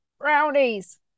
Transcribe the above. brownies